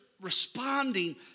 responding